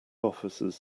officers